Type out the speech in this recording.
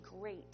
great